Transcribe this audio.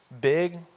big